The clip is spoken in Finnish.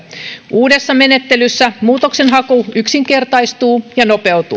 uudessa menettelyssä muutoksenhaku yksinkertaistuu ja